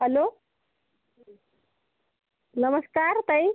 hello नमस्कार ताई